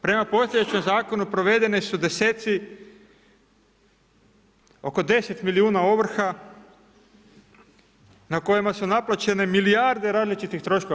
Prema postojećem zakonu provedeni su deseci oko 10 milijuna ovrha na kojima su naplaćene milijarde različitih troškova.